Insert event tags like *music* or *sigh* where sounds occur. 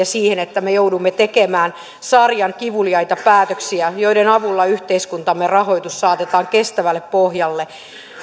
*unintelligible* siihen että me joudumme tekemään sarjan kivuliaita päätöksiä joiden avulla yhteiskuntamme rahoitus saatetaan kestävälle pohjalle